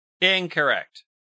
Incorrect